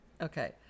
Okay